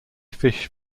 fish